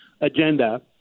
agenda